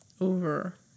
over